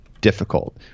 difficult